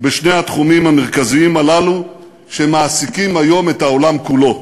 בשני התחומים המרכזיים הללו שמעסיקים היום את העולם כולו.